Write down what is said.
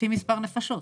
לפי מספר נפשות.